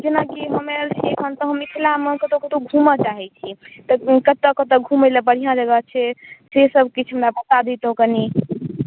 जेना कि हम आयल छी एखन मिथिला मे कतौ कतौ घुमय चाहै छियै एहिठाम कतय कतय घुमै लय बढ़िऑं जगह छै से सब किछु हमरा बता दैतहुॅं कनी